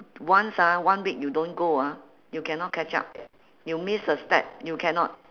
once ah one week you don't go ah you cannot catch up you miss a step you cannot